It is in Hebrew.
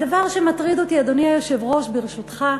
הדבר שמטריד אותי, אדוני היושב-ראש, ברשותך,